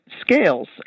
scales